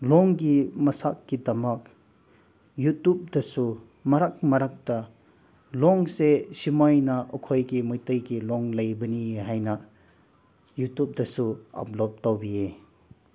ꯂꯣꯟꯒꯤ ꯃꯁꯛꯀꯤꯗꯃꯛ ꯌꯨꯇꯨꯞꯇꯁꯨ ꯃꯔꯛ ꯃꯔꯛꯇ ꯂꯣꯟꯁꯦ ꯁꯨꯃꯥꯏꯅ ꯑꯩꯈꯣꯏꯒꯤ ꯃꯩꯇꯩꯒꯤ ꯂꯣꯟ ꯂꯩꯕꯅꯤ ꯍꯥꯏꯅ ꯌꯨꯇꯨꯞꯇꯁꯨ ꯑꯞꯂꯣꯠ ꯇꯧꯕꯤꯌꯦ